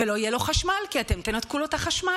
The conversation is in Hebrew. ולא יהיה לו חשמל כי אתם תנתקו לו את החשמל.